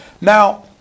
Now